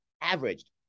Averaged